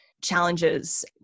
challenges